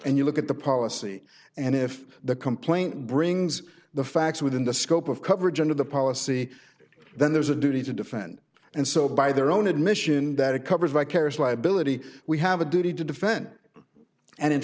and you look at the policy and if the complaint brings the facts within the scope of coverage under the policy then there's a duty to defend and so by their own admission that it covers vicarious liability we have a duty to defend it and in